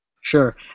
Sure